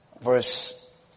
verse